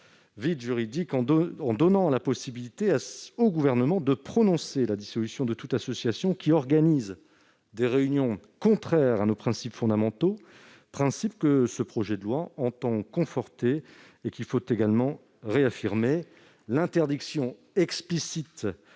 vide juridique en donnant la possibilité au Gouvernement de prononcer la dissolution de toute association qui organise des réunions contraires aux principes fondamentaux que ce projet de loi entend conforter. L'interdiction explicite